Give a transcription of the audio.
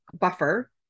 buffer